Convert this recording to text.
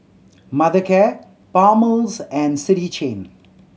Mothercare Palmer's and City Chain